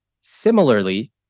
Similarly